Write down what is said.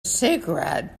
cigarette